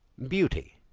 beauty,